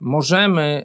Możemy